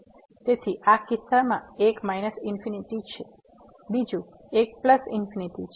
તેથી આ કિસ્સામાં એક માઈનસ ઇન્ફીનીટી છે બીજું એક પ્લસ ઇન્ફીનીટી છે